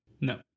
No